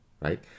right